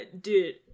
dude